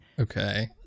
Okay